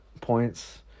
points